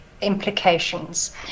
implications